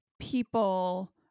people